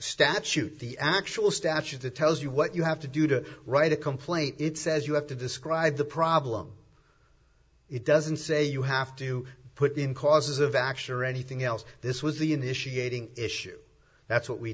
statute the actual statute that tells you what you have to do to write a complaint it says you have to describe the problem it doesn't say you have to put in causes of action or anything else this was the initiating issue that's what we